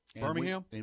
Birmingham